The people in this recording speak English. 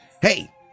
Hey